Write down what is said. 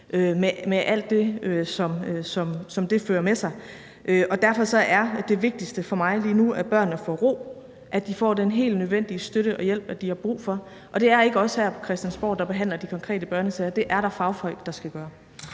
med alt det, som det fører med sig. Og derfor er det vigtigste for mig lige nu, at børnene får ro, at de får den helt nødvendige støtte og den hjælp, de har brug for. Og det er ikke os her på Christiansborg, der behandler de konkrete børnesager; det er der fagfolk der skal gøre.